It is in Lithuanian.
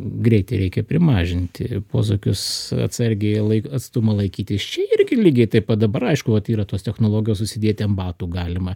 greitį reikia primažinti ir posūkius atsargiai laik atstumą laikytis čia irgi lygiai taip pat dabar aišku vat yra tos technologijos užsidėti ant batų galima